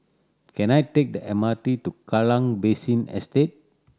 can I take the M R T to Kallang Basin Estate